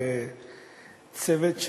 בצוות,